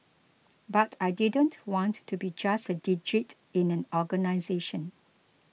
but I didn't want to be just a digit in an organisation